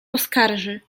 poskarży